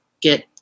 get